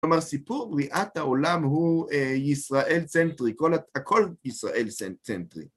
כלומר, סיפור בריאת העולם הוא ישראל-צנטרי, הכל ישראל-צנטרי.